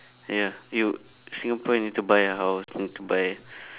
ya it would singapore you need to buy a house need to buy